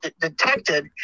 detected